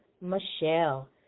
Michelle